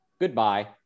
Goodbye